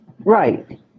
Right